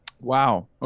wow